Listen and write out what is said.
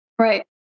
Right